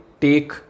take